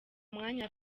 mwanya